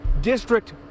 district